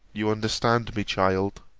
you understand me, child.